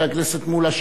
חבר הכנסת מולה,